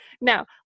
now